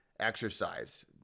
exercise